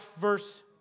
verse